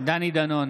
דני דנון,